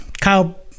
Kyle